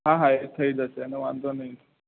હા હા એ થઈ જશે એનો વાંધો નય